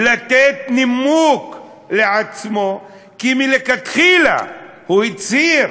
לתת נימוק לעצמו, כי מלכתחילה הוא הצהיר